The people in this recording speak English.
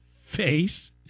face